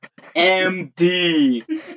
MD